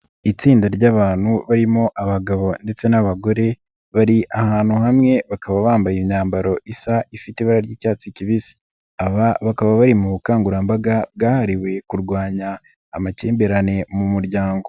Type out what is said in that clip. Itsinda ry'abantu barimo abagabo ndetse n'abagore, bari ahantu hamwe bakaba bambaye imyambaro isa ifite ibara ry'icyatsi kibisi, bakaba bari mu bukangurambaga bwahariwe kurwanya amakimbirane mu muryango.